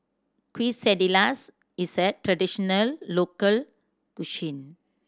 quesadillas is a traditional local cuisine